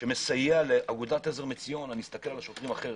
שמסייע לאגודת עזר מיון, אסתכל על השוטרים אחרים.